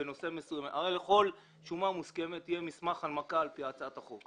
הרי לכל שומה מוסכמת יהיה מסמך הנמקה על פי הצעת החוק.